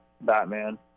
Batman